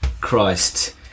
christ